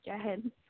again